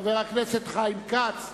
חבר הכנסת חיים כץ,